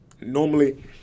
normally